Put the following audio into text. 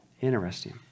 Interesting